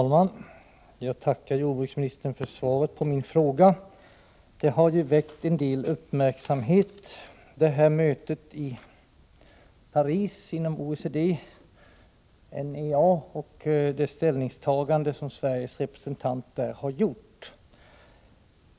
Fru talman! Jag tackar jordbruksministern för svaret på min fråga. Det här mötet i Paris inom OECD-NEA har ju väckt en del uppmärksamhet, liksom det ställningstagande Sveriges representant där har gjort.